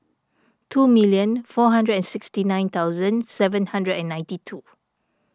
two million four hundred and sixty nine thousand seven hundred and ninety two